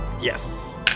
Yes